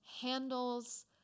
handles